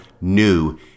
new